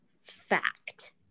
fact